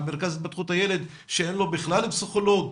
על מרכז התפתחות הילד שאין לו בכלל פסיכולוג.